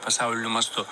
pasauliniu mastu